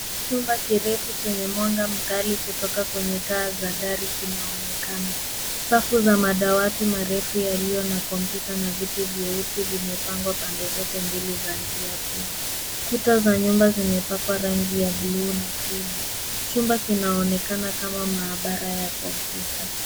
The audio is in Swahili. Chumba kirefu chenye mwanga mkali kutoka kwenye taa za gari kinaonekana. Safu za madawati marefu yaliyo na komputa na viti vyeusi vimepangwa pande zote mbili za njia kuu. Kuta za nyuma zimepakwa rangi ya bluu na green chumba kinaonekana kama mahabara ya komputa.